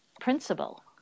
principle